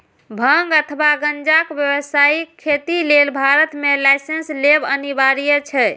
भांग अथवा गांजाक व्यावसायिक खेती लेल भारत मे लाइसेंस लेब अनिवार्य छै